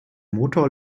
motor